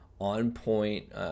on-point